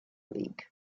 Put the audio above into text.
league